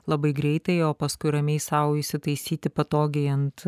labai greitai o paskui ramiai sau įsitaisyti patogiai ant